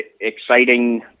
exciting